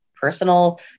personal